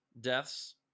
deaths